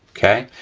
okay?